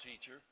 teacher